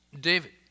David